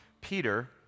Peter